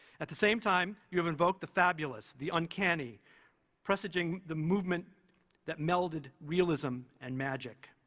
at the same time you have invoked the fabulous the uncanny presaging the movement that melded realism and magic.